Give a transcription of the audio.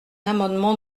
amendement